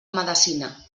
medecina